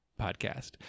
podcast